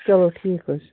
چلو ٹھیٖک حظ چھُ